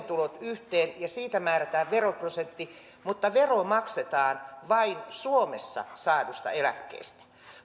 tulot yhteen ja siitä määrätään veroprosentti vaikka vero maksetaan vain suomessa saadusta eläkkeestä